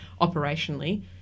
operationally